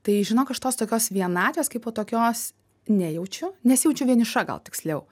tai žinok aš tos tokios vienatvės kaipo tokios nejaučiu nesijaučiu vieniša gal tiksliau